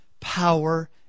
Power